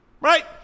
Right